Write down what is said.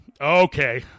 Okay